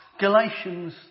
Galatians